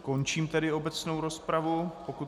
Končím tedy obecnou rozpravu, pokud pan...